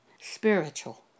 spiritual